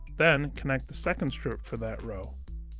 then, connect the second strip for that row.